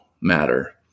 matter